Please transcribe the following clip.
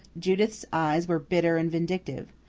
judith's eyes were bitter and vindictive.